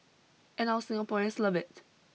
and our Singaporeans love it